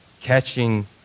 catching